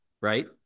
right